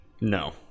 No